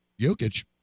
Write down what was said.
Jokic